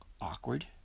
awkward